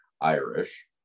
irish